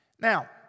Now